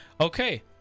Okay